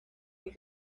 with